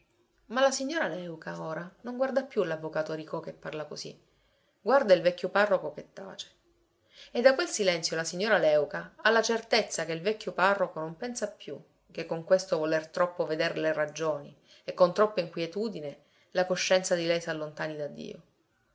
ma la signora léuca ora non guarda più l'avvocato aricò che parla così guarda il vecchio parroco che tace e da quel silenzio la signora léuca ha la certezza che il vecchio parroco non pensa più che con questo voler troppo veder le ragioni e con troppa inquietudine la coscienza di lei s'allontani da dio